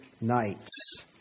nights